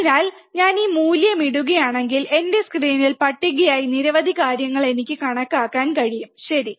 അതിനാൽ ഞാൻ ഈ മൂല്യം ഇടുകയാണെങ്കിൽ എന്റെ സ്ക്രീനിൽ പട്ടികയായ നിരവധി കാര്യങ്ങൾ എനിക്ക് കണക്കാക്കാൻ കഴിയും ശരി